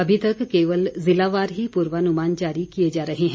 अभी तक केवल ज़िलावार ही पुर्वानुमान जारी किए जा रहे हैं